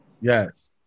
Yes